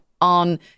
on